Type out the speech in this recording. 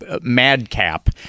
madcap